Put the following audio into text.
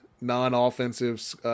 non-offensive